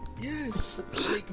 Yes